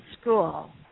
school